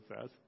says